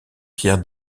pierre